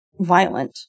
violent